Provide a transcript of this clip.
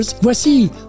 voici